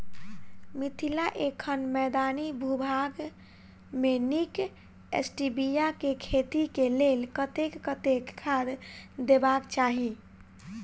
मिथिला एखन मैदानी भूभाग मे नीक स्टीबिया केँ खेती केँ लेल कतेक कतेक खाद देबाक चाहि?